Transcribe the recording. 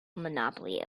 monopoly